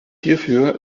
hierfür